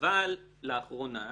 אבל לאחרונה,